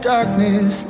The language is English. Darkness